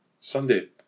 Sunday